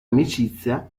amicizia